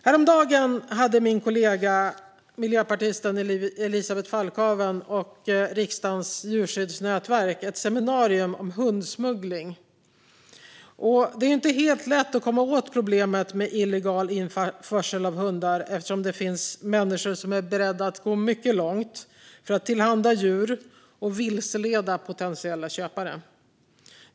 Häromdagen hade min kollega miljöpartisten Elisabeth Falkhaven och Riksdagens djurskyddsnätverk ett seminarium om hundsmuggling. Det är inte helt lätt att komma åt problemet med illegal införsel av hundar eftersom det finns människor som är beredda att gå mycket långt för att tillhandahålla djur och vilseleda potentiella köpare.